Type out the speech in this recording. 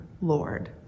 Lord